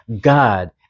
God